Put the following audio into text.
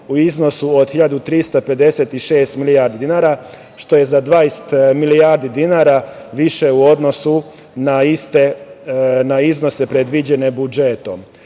u iznosu od 1.356 milijardi dinara, što je za 20 milijardi dinara više u odnosu na iznose predviđene budžetom,